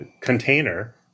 container